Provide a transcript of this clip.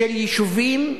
של יישובים שסובלים.